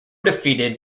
defeated